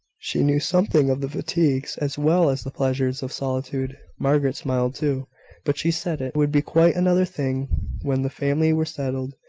she knew something of the fatigues, as well as the pleasures, of solitude. margaret smiled too but she said it would be quite another thing when the family were settled,